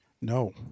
No